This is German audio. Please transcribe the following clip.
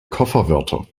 kofferwörter